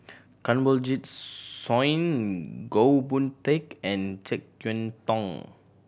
Kanwaljit Soin Goh Boon Teck and Jek Yeun Thong